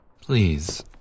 Please